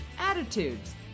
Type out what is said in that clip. attitudes